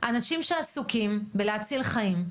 אנשים שעסוקים בלהציל חיים,